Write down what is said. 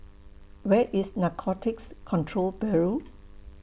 Where IS Narcotics Control Bureau